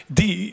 die